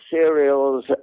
cereals